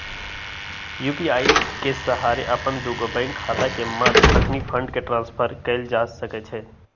UPI के सहारे अप्पन दुगो बैंक खता के मध्य अखनी फंड के ट्रांसफर कएल जा सकैछइ